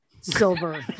silver